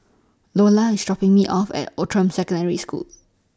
Loula IS dropping Me off At Outram Secondary School